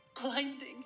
Blinding